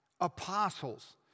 apostles